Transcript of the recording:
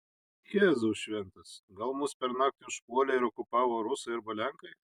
jėzau šventas gal mus per naktį užpuolė ir okupavo rusai arba lenkai